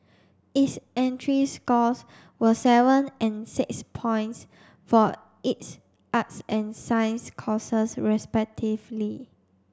its entry scores were seven and six points for its arts and science courses respectively